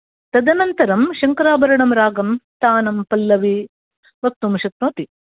तदनन्तरं शङ्कराभरणं रागं तानं पल्लवी वक्तुं शक्नोति